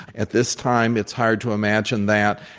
at this time, it's hard to imagine that.